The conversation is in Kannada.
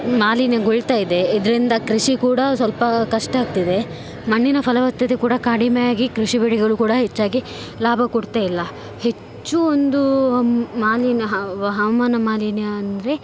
ಮಾಲಿನ್ಯಗೊಳ್ತಾಯಿದೆ ಇದರಿಂದ ಕೃಷಿ ಕೂಡ ಸ್ವಲ್ಪ ಕಷ್ಟಾಗ್ತಿದೆ ಮಣ್ಣಿನ ಫಲವತ್ತತೆ ಕೂಡ ಕಡಿಮೆಯಾಗಿ ಕೃಷಿ ಬೆಳೆಗಳು ಕೂಡ ಹೆಚ್ಚಾಗಿ ಲಾಭ ಕೊಡ್ತಾಯಿಲ್ಲ ಹೆಚ್ಚು ಒಂದು ಮಾಲಿನ್ಯ ಹವಾಮಾನ ಮಾಲಿನ್ಯ ಅಂದರೆ